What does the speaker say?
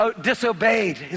disobeyed